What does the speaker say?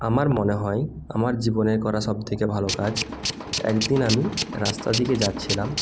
আমার মনে হয় আমার জীবনের করা সব থেকে ভালো কাজ একদিন আমি রাস্তা দিকে যাচ্ছিলাম